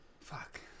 Fuck